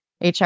HR